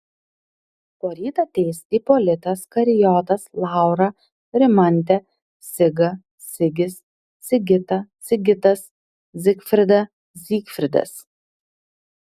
poryt ateis ipolitas karijotas laura rimantė siga sigis sigita sigitas zigfrida zygfridas